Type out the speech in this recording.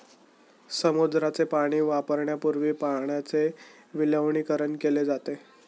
समुद्राचे पाणी वापरण्यापूर्वी पाण्याचे विलवणीकरण केले जाते